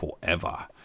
forever